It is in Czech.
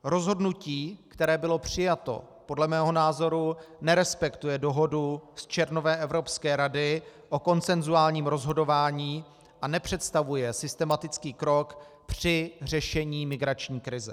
Rozhodnutí, které bylo přijato, podle mého názoru nerespektuje dohodu z červnové Evropské rady o konsenzuálním rozhodování a nepředstavuje systematický krok při řešení migrační krize.